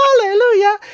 Hallelujah